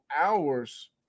hours